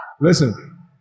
Listen